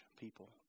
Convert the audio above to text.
people